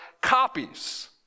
copies